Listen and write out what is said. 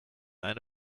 eine